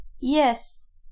yes